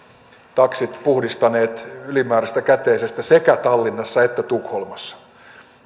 taksit puhdistaneet ylimääräisestä käteisestä sekä tallinnassa että tukholmassa